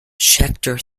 scheckter